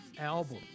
album